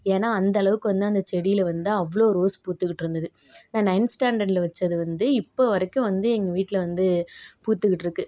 ஏன்னா அந்தளவுக்கு வந்து அந்த செடியில் வந்து அவ்வளோ ரோஸ் பூத்துக்கிட்டு இருந்துது நான் நயன்த் ஸ்டாண்டர்ட்ல வச்சது வந்து இப்போ வரைக்கும் வந்து எங்கள் வீட்டில் வந்து பூத்துக்கிட்டு இருக்கு